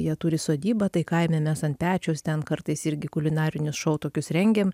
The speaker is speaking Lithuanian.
jie turi sodybą tai kaime mes ant pečiaus ten kartais irgi kulinarinius šou tokius rengiam